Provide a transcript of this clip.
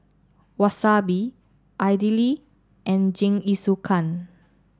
Wasabi Idili and Jingisukan